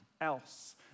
else